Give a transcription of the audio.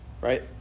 right